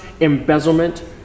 embezzlement